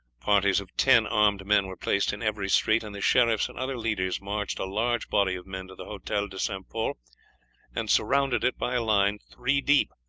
parties of ten armed men were placed in every street, and the sheriffs and other leaders marched a large body of men to the hotel de st. pol and surrounded it by a line three deep.